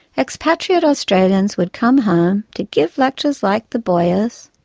expatriate australians would come home to give lectures like the boyers,